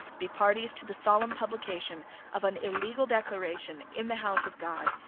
be parties to the solemn publication of an illegal declaration in the house of god,